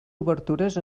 obertures